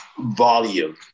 volume